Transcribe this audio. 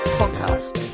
podcast